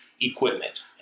equipment